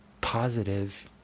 positive